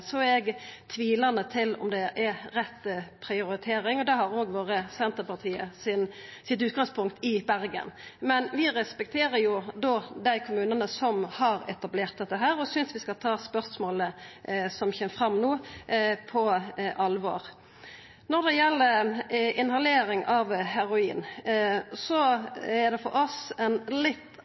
eg tvilande til om det er rett prioritering. Det har òg vore Senterpartiets utgangspunkt i Bergen. Men vi respekterer dei kommunane som har etablert dette, og synest vi skal ta spørsmålet som kjem fram no, på alvor. Når det gjeld inhalering av heroin, er det for oss ei litt